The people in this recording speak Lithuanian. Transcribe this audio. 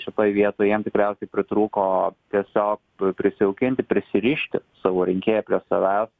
šitoj vietoj jiem tikriausiai pritrūko tiesiog prisijaukinti prisirišti savo rinkėją prie savęs